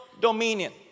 dominion